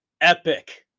epic